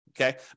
Okay